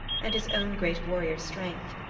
and his own great warrior strength,